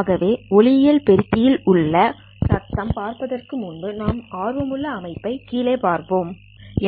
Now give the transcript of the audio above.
ஆகவே ஒளியியல் பெருக்கியில் உள்ள சத்தம் பார்ப்பதற்கு முன்பு நாம் ஆர்வமுள்ள அமைப்பை கீழே பார்ப்போம்